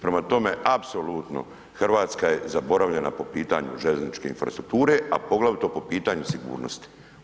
Prema tome, apsolutno Hrvatska je zaboravljena po pitanju željezničke infrastrukture, a poglavito po pitanju sigurnosti.